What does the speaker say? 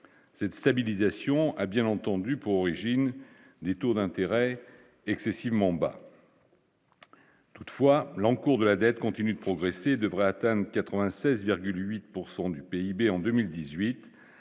cette stabilisation a bien entendu pour origine des taux d'intérêt excessivement bas. Toutefois, l'encours de la dette continue de progresser, devrait atteintes 96,8 pourcent du PIB en 2018